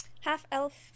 half-elf